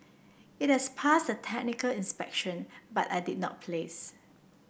it has passed the technical inspection but I did not place